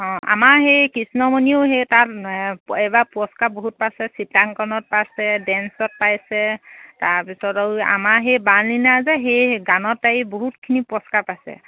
অঁ আমাৰ সেই কৃষ্ণমণিয়েও সেই তাত এইবাৰ পুৰস্কাৰ বহুত পাইছে চিত্ৰাংকণত পাইছে ডেন্সত পাইছে তাৰপিছত আৰু আমাৰ সেই বাৰ্লিনা যে সেই গানত তাই বহুতখিনি পুৰস্কাৰ পাইছে